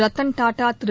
Ratan Tata Thiru